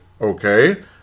okay